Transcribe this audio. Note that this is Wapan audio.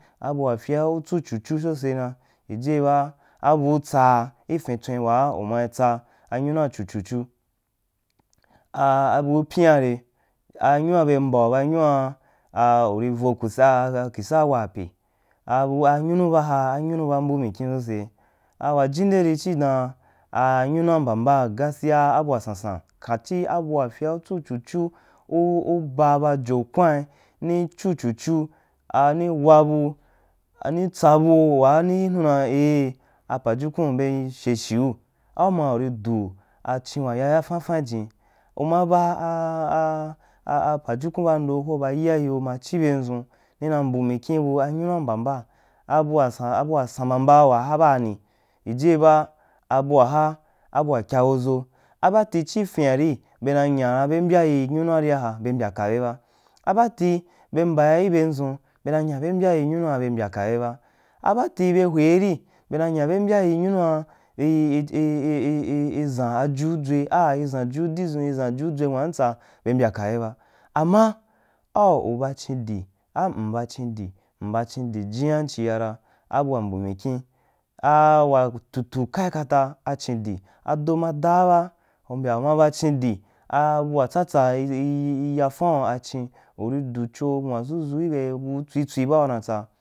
Abua fyeau chu chu chu sosena jijiye ba abu tsaa i fintswen waa uma tsa i fin tswin waa umai tsa anynua chu chu chu, abu pyan re a nyua be mbau ba nyunua uri vo ku sa a kisaa waape anyunu baa haa anyunu ba mbunikyin sose a wajun deri chiidan aa nyunua mba mbam gaskiya abua sansan kato abua fyea uu chu chu chu, uba bajo kweni ni chu chu chu a ni wabu a ni tsabu waa no yibu dan eh a paju kun be sheshiu auna uridu a chin wa yafafan ijin umaba aaa pajukun bandou ko ba iyaye ma chi bendʒun u na mbumikyin bu anyunua mba mba, abua sam mba mba ba waha baani jijiye ba abua ha a bua kya hoʒo a baati chi fibia ri be na nyaa be mbya yi nyunuariaha be mbaka be ba a aati be mbai nyundʒun bena nya be mbya yi nyunua be mbya kabe ba abaati be hwelri be na nya be mbya yii nyu nua i i i i i i ʒan aju dʒwe ah a iʒan ju didʒun iʒan ju dʒwe nwantsa be mbayaka be ba, ama au u ba chincl mba chinchi m ba chindi jina chiyana abua mu mikyina aaa wafutu kaǐ kata a chin di ado ma daa ba umbya umo chin di, abua tsa tsa i yafaun achin un du cho nwadʒu dʒuk i be bu tswi tswi bua una tsa.